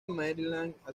maryland